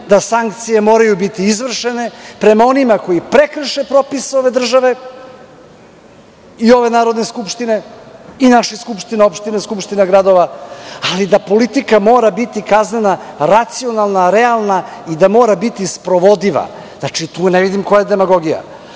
da sankcije moraju biti izvršene, prema onima koji prekrše propis ove države i ove Narodne skupštine i naših skupština opština, skupštine gradova, ali da politika mora biti kaznena, racionalna, realna i da mora biti sprovodiva. Znači, tu ne vidim koja je demagogija. Ako